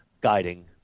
guiding